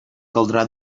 caldrà